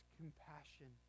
compassion